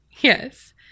Yes